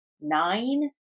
nine